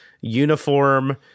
uniform